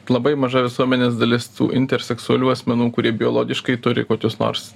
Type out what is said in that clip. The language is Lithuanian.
labai maža visuomenės dalis tų interseksualių asmenų kurie biologiškai turi kokius nors